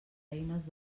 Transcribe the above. eines